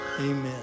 amen